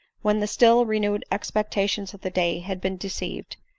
when the still renewed ex pectations of the day had been deceived,